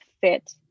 fit